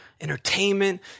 entertainment